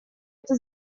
это